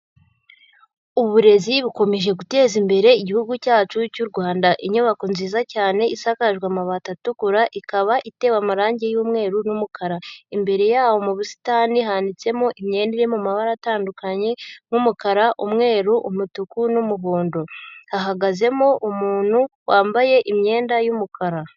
Uburezi bukomeje guteza imbere Igihugu cyacu cy'u Rwanda. Inyubako nziza cyane isakajwe amabati atukura, ikaba itewe amarangi y'umweru n'umukara. Imbere yaho mu busitani hanitsemo imyenda iri mu mabara atandukanye nk'umukara, umweru, umutuku n'umuhondo. Hahagazemo umuntu wambaye imyenda y'umukara.